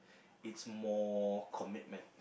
it's more commitment